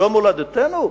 זו מולדתנו?